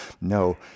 No